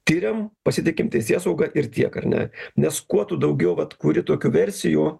tiriam pasitikim teisėsauga ir tiek ar ne nes kuo tu daugiau vat kuri tokių versijų